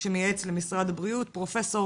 שמייעץ למשרד הבריאות, פרופ'